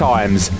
Times